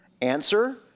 Answer